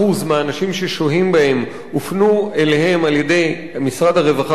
מהאנשים ששוהים בהן הופנו אליהן על-ידי משרד הרווחה